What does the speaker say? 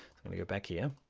going to go back here.